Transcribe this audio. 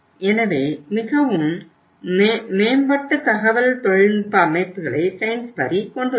எனவே மிகவும் மேம்பட்ட தகவல் தொழில்நுட்ப அமைப்புகளை சைன்ஸ்பரி கொண்டுள்ளது